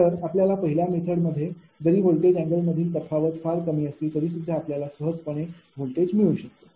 तर पहिल्या मेथडमध्ये जरी व्होल्टेज अँगलमधील तफावत फारच कमी असली तरीसुद्धा आपल्याला सहजपणे व्होल्टेज अँगल मिळू शकतो